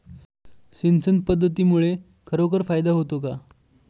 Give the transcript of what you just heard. सिंचन पद्धतीमुळे खरोखर फायदा होतो का?